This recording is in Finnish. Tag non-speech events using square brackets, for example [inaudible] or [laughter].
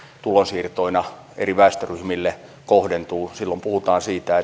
tulonsiirtoina eri väestöryhmille kohdentuvat puhutaan siitä [unintelligible]